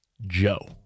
joe